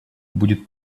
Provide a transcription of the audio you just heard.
будет